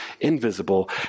invisible